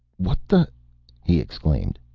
what the he exclaimed.